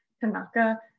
Tanaka